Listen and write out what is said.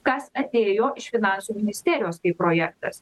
kas atėjo iš finansų ministerijos kaip projektas